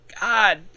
god